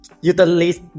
utilize